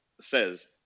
says